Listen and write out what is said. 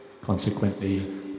Consequently